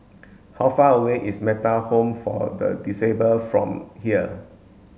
how far away is Metta Home for the Disabled from here